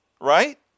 Right